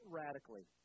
radically